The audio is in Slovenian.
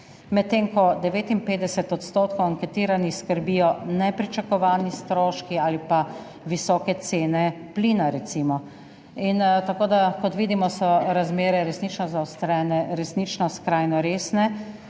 medtem ko 59 % anketiranih skrbijo nepričakovani stroški ali pa visoke cene plina, recimo. Kot vidimo, so razmere resnično zaostrene, resnično skrajno resne.